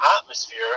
atmosphere